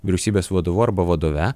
vyriausybės vadovu arba vadove